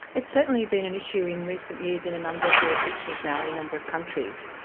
it's certainly been an issue in recent years in a number of jurisdictions now in a number of countries.